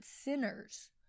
sinners